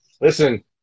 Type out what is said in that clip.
Listen